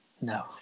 no